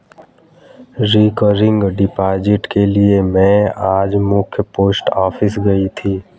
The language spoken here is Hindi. रिकरिंग डिपॉजिट के लिए में आज मख्य पोस्ट ऑफिस गयी थी